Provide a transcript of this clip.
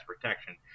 protection